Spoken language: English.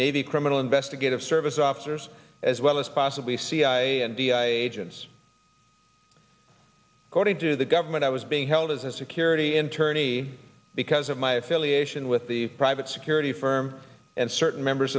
navy criminal investigative service officers as well as possibly cia and dia agents according to the government i was being held as a security in tourney because of my affiliation with the private security firm and certain members